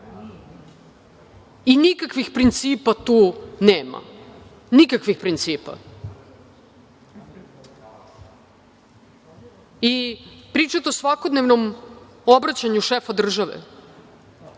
i nikakvih principa tu nema, nikakvih principa. Pričate o svakodnevnom obraćanju šefa države,